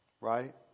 Right